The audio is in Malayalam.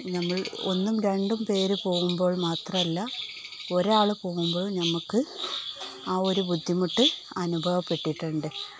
നമ്മൾ ഒന്നും രണ്ടും പേര് പോകുമ്പോൾ മാത്രമല്ല ഒരാള് പോകുമ്പോഴും നമുക്ക് ആ ഒരു ബുദ്ധിമുട്ട് അനുഭവപ്പെട്ടിട്ടുണ്ട്